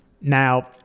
Now